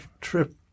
trip